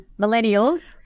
millennials